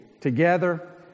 together